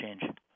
change